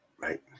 Right